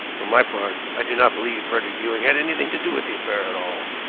for my part, i do not believe frederick ewing had anything to do with the affair at all.